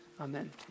Amen